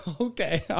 Okay